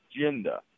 agenda